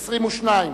22,